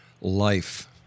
life